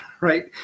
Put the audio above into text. right